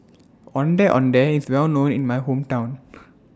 Ondeh Ondeh IS Well known in My Hometown